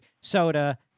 soda